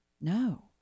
No